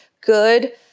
good